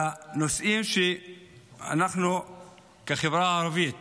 לנושאים שאנחנו כחברה ערבית